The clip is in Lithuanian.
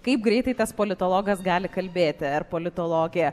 kaip greitai tas politologas gali kalbėti ar politologė